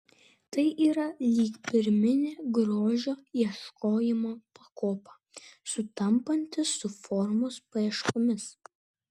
tai yra lyg pirminė grožio ieškojimo pakopa sutampanti su formos paieškomis